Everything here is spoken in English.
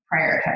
prioritize